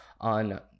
On